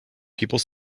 people